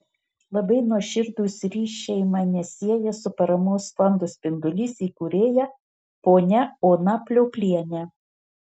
labai nuoširdūs ryšiai mane sieja su paramos fondo spindulys įkūrėja ponia ona pliopliene